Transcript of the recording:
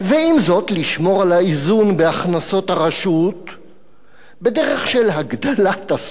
לשמור על האיזון בהכנסות הרשות בדרך של הגדלת הסכום הנוסף".